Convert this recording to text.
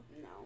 No